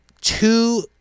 two